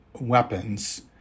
weapons